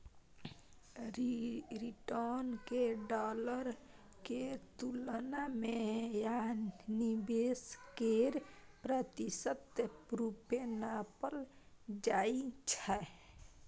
return केँ dollar केर तुलना मे या निबेश केर प्रतिशत रुपे नापल जाइ छै